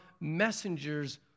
messengers